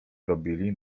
robili